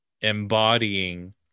embodying